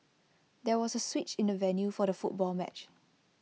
there was A switch in the venue for the football match